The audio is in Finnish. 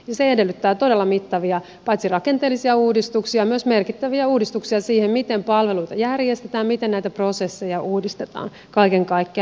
se edellyttää paitsi todella mittavia rakenteellisia uudistuksia myös merkittäviä uudistuksia siihen miten palveluita järjestetään miten näitä prosesseja uudistetaan kaiken kaikkiaan